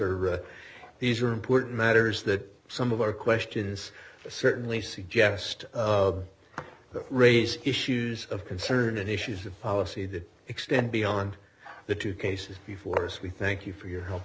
are these are important matters that some of our question is certainly suggest that raise issues of concern and issues of policy that extend beyond the two cases before us we thank you for your he